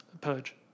Purge